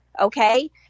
Okay